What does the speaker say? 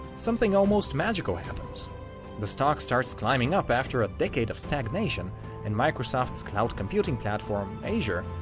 something almost magical happens the stock starts climbing up after a decade of stagnation and microsoft's cloud computing platform, azure,